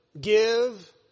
Give